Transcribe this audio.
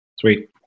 Sweet